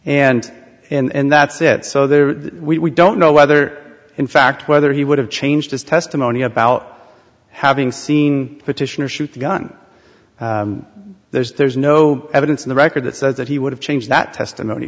red and and that's it so there we don't know whether in fact whether he would have changed his testimony about having seen petitioner shoot the gun there's no evidence in the record that says that he would have changed that testimony